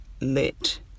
lit